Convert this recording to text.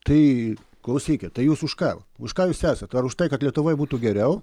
tai klausykit tai jūs už ką už ką jūs esat už tai kad lietuvoje būtų geriau